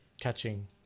catching